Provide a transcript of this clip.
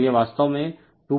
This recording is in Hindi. तो यह वास्तव में 2594 kVAr है